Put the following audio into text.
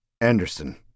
Anderson